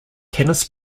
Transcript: tennis